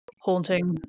haunting